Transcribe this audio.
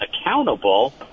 accountable